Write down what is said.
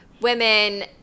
women